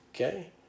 okay